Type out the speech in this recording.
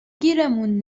گیرمون